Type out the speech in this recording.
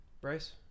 bryce